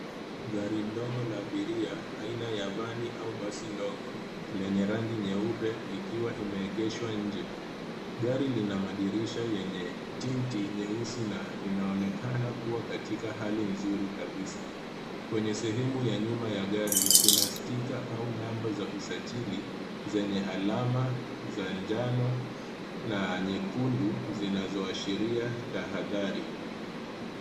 Gari ndogo la abiria aina ya vani au basi ndogo lenye rangi nyeupe ikiwa imeegeshwa nje. Gari lina madirisha yenye tinti nyeusi na vinaonekana kuwa katika hali nzuri kabisa. Kwenye sehemu ya nyuma ya gari, kuna stika au number za usajili zenye alama za njano na nyekundu zinazoashiria tahadhari.